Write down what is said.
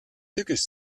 tückisch